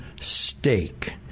steak